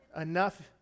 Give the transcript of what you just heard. Enough